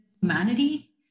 humanity